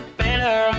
better